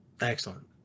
Excellent